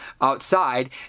outside